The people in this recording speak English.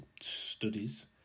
studies